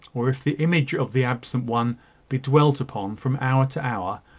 or if the image of the absent one be dwelt upon, from hour to hour,